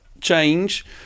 change